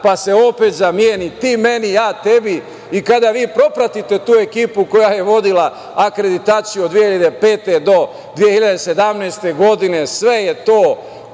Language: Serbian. pa se opet zameni, ti meni, ja tebi. Kada vi propratite tu ekipu koja je vodila akreditaciju od 2005. do 2017. godine sve je to